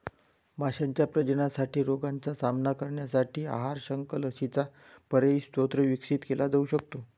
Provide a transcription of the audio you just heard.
माशांच्या प्रजननासाठी रोगांचा सामना करण्यासाठी आहार, शंख, लसींचा पर्यायी स्रोत विकसित केला जाऊ शकतो